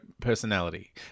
personality